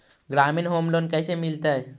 ग्रामीण home loan कैसे मिलतै?